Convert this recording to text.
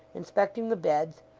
inspecting the beds,